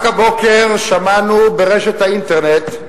רק הבוקר שמענו כי באינטרנט,